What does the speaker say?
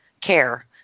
care